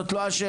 זו לא השאלה?